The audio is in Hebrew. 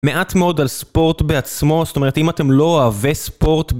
מעט מאוד על ספורט בעצמו, זאת אומרת, אם אתם לא אוהבי ספורט...